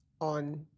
on